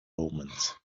omens